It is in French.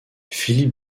philippe